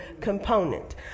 component